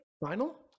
final